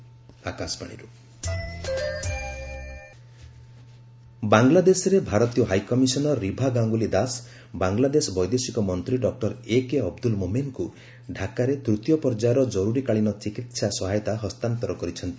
India Bangladesh ବାଂଲାଦେଶରେ ଭାରତୀୟ high commissioner Riva Ganguly Das Bangladesh ବୈଦେଶିକ ମନ୍ତ୍ରୀ ଡକୁର ଏକେ ଅବ୍ଦୁଲ୍ ମୋମେନ୍ଙ୍କୁ ଢାକାରେ ତୂତୀୟ ପର୍ଯ୍ୟାୟର କରୁରୀକାଳୀନ ଚିକିତ୍ସା ସହାୟତା ହସ୍ତାନ୍ତର କରିଛନ୍ତି